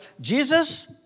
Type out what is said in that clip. Jesus